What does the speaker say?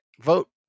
vote